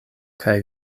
kaj